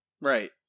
right